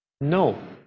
No